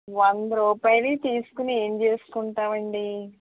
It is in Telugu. వంద రూపాయలవి తీసుకుని ఏం చేసుకుంటామండీ